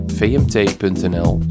vmt.nl